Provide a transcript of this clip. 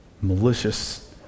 malicious